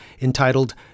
entitled